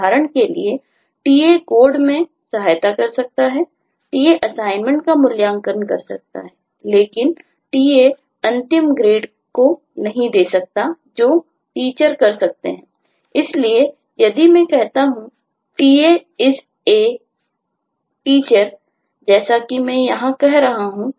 उदाहरण के लिए TA कोड में सहायता कर सकता है TA असाइनमेंट का मूल्यांकन कर सकता है लेकिन TA अंतिम ग्रेड को नहीं दे सकता है जो Teacher कर सकते हैं इसलिए यदि मैं कहता हूं कि TA IS A Teacher जैसा कि मैं यहां कह रहा हूं